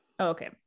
Okay